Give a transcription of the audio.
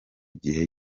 gihe